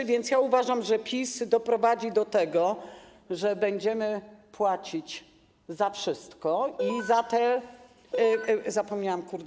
A więc ja uważam, że PiS doprowadzi do tego, że będziemy płacić za wszystko, za te... zapomniałam, kurde.